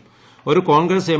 ഏരു Congress M